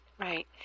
Right